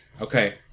Okay